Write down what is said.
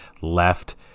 left